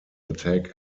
attack